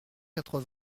quatre